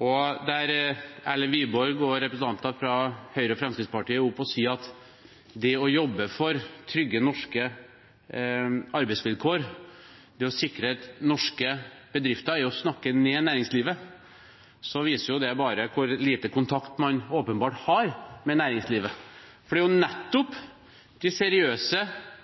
Når Erlend Wiborg og representanter fra Høyre og Fremskrittspartiet sier at å jobbe for trygge norske arbeidsvilkår og å sikre norske bedrifter er å snakke ned næringslivet, viser det bare hvor lite kontakt man åpenbart har med næringslivet. For det er nettopp de seriøse